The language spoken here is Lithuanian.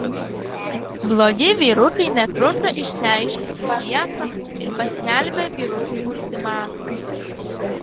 blogi vyrukai netrunka išsiaiškinti tiesą ir paskelbia vyrukui ultimatumą